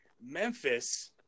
Memphis